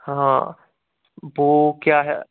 हाँ वह क्या है